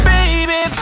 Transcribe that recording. Baby